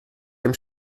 dem